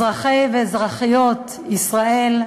אזרחי ואזרחיות ישראל,